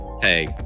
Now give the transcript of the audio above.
hey